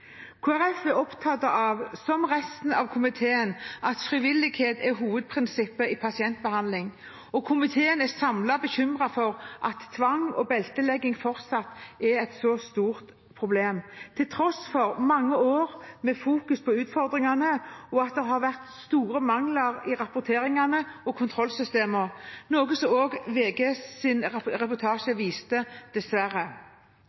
som resten av komiteen, opptatt av at frivillighet er hovedprinsippet i pasientbehandling. En samlet komité er bekymret over at tvang og beltelegging fortsatt er et så stort problem, til tross for at det i mange år har vært fokusert på utfordringene, og på at det har vært store mangler i rapporteringene og i kontrollsystemer, noe som